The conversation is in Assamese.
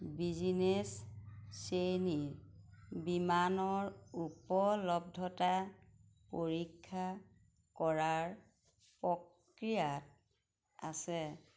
বিজনেছ শ্ৰেণীৰ বিমানৰ উপলব্ধতা পৰীক্ষা কৰাৰ প্ৰক্ৰিয়াত আছে